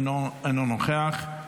אינו נוכח,